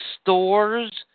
stores –